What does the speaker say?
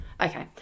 Okay